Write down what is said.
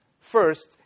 first